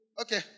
okay